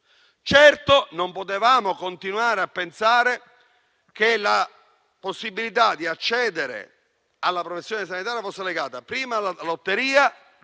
passato, non potevamo continuare a pensare che la possibilità di accedere alla professione sanitaria fosse legata prima alla lotteria